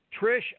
trish